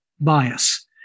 bias